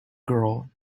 girl